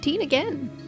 again